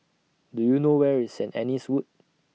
Do YOU know Where IS Saint Anne's Wood